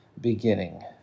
beginning